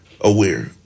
aware